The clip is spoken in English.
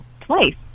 twice